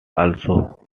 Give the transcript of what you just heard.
also